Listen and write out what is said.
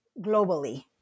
globally